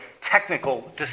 technical